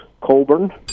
Colburn